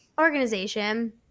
organization